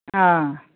ꯑꯥ